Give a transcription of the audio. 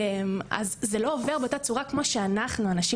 אז זה לא עובר באותה צורה כמו שאנחנו הנשים